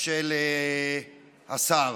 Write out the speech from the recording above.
של השר,